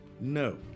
No